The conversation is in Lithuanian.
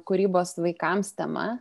kūrybos vaikams tema